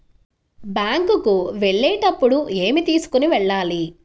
Bank కు వెళ్ళేటప్పుడు ఏమి తీసుకొని వెళ్ళాలి?